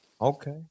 Okay